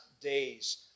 days